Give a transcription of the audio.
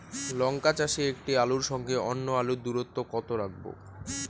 লঙ্কা চাষে একটি আলুর সঙ্গে অন্য আলুর দূরত্ব কত রাখবো?